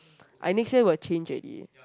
I next year will change already